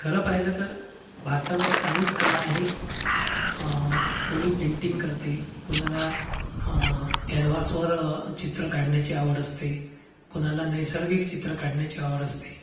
खरं पाहिलं तर भारतामध्ये अनेक कला आहेत कोणी पेन्टिंग करते कोणाला कॅनव्हासवर चित्र काढण्याची आवड असते कोणाला नैसर्गिक चित्र काढण्याची आवड असते